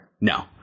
No